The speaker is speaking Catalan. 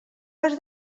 has